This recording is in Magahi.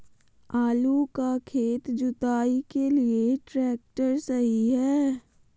आलू का खेत जुताई के लिए ट्रैक्टर सही है?